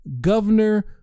Governor